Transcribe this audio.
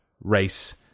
race